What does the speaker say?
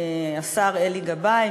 השר אלי גבאי,